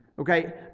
Okay